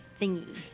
thingy